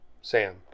Sam